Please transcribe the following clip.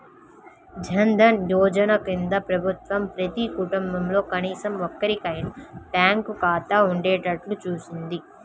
జన్ ధన్ యోజన కింద ప్రభుత్వం ప్రతి కుటుంబంలో కనీసం ఒక్కరికైనా బ్యాంకు ఖాతా ఉండేట్టు చూసింది